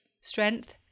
Strength